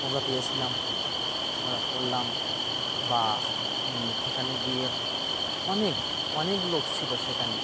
মজা পেয়েছিলাম মজা করলাম বা সেখানে গিয়ে অনেক অনেক লোক ছিলো সেখানে